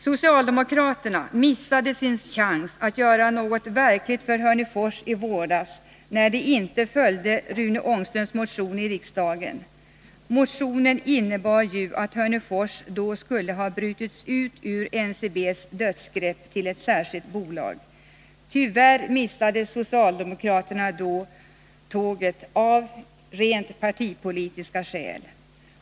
Socialdemokraterna missade sin chans att i våras göra något verkligt för Hörnefors, när de inte stödde Rune Ångströms motion i riksdagen. Motionen innebar ju att Hörnefors då skulle ha brutits ut ur NCB:s dödsgrepp till ett särskilt bolag. Tyvärr missade socialdemokraterna tåget av rent partipolitiska skäl.